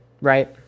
right